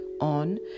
on